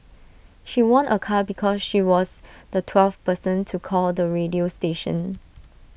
she won A car because she was the twelfth person to call the radio station